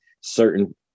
certain